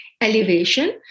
elevation